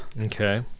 Okay